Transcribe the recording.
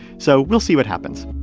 so we'll see what happens